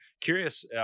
curious